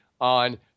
on